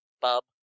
bub